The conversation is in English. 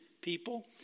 people